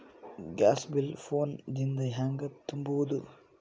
Gas bill phone ದಿಂದ ಹ್ಯಾಂಗ ತುಂಬುವುದು?